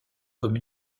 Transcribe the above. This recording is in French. comme